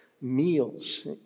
meals